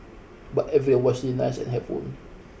but every was really nice and helpful